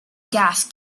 gas